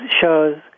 shows